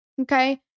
Okay